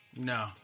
no